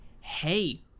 hey